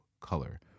color